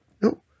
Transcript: no